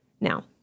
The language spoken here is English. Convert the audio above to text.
Now